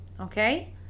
Okay